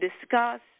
discuss